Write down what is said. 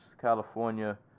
California